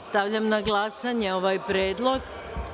Stavljam na glasanje ovaj predlog.